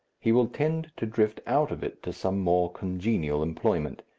he will tend to drift out of it to some more congenial employment.